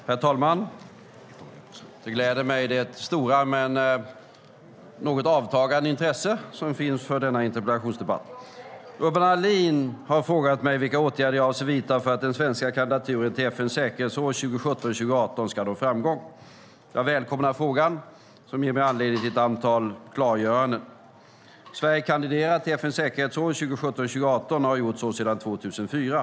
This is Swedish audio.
Herr talman! Det stora men något avtagande intresset för denna interpellationsdebatt gläder mig. Urban Ahlin har frågat mig vilka åtgärder jag avser att vidta för att den svenska kandidaturen till FN:s säkerhetsråd 2017-2018 ska nå framgång. Jag välkomnar frågan, som ger mig möjlighet till ett antal klargöranden. Sverige kandiderar till FN:s säkerhetsråd för 2017-2018 och har gjort så sedan 2004.